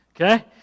Okay